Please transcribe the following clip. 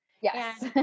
Yes